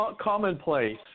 commonplace